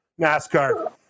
NASCAR